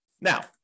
Now